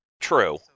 True